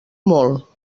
molt